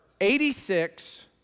86